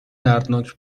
دردناک